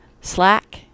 Slack